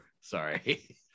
sorry